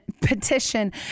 petition